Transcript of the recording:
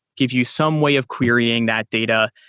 give you some way of querying that data,